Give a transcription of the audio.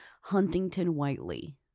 Huntington-Whiteley